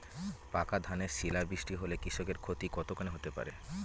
পাকা ধানে শিলা বৃষ্টি হলে কৃষকের ক্ষতি কতখানি হতে পারে?